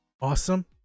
awesome